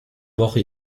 woche